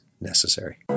necessary